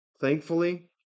Thankfully